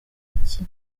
iki